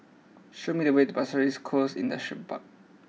show me the way to Pasir Ris Coast Industrial Park